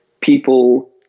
people